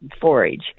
forage